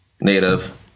native